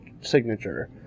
signature